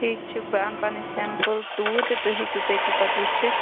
ٹھیٖک چھُ بہٕ اَن پَنٕنۍ سٮ۪مپٕل توٗرۍ تہٕ تُہۍ ہیٚکِو تٔتی پتہٕ وٕچھِتھ